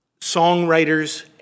songwriters